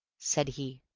said he.